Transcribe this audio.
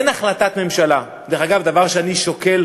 אין החלטת ממשלה, דרך אגב, אני שוקל